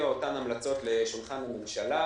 אותן המלצות לשולחן הממשלה,